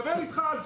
מדבר על שיטפון,